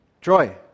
Troy